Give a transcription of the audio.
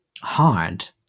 hard